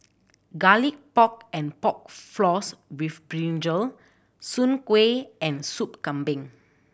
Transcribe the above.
Garlic Pork and Pork Floss with brinjal soon kway and Sop Kambing